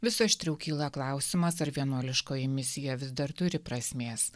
vis aštriau kyla klausimas ar vienuoliškoji misija vis dar turi prasmės